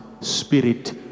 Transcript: Spirit